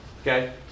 okay